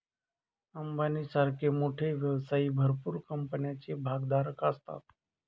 अंबानी सारखे मोठे व्यवसायी भरपूर कंपन्यांचे भागधारक असतात